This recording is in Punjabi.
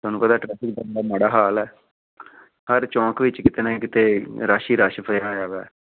ਤੁਹਾਨੂੰ ਪਤਾ ਟ੍ਰੈਫਿਕ ਦਾ ਬੜਾ ਮਾੜਾ ਹਾਲ ਹੈ ਹਰ ਚੌਂਕ ਵਿੱਚ ਕਿਤੇ ਨਾ ਕਿਤੇ ਰਸ਼ ਹੀ ਰਸ਼ ਪਿਆ ਹੋਇਆ ਵਾ